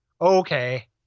Okay